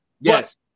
Yes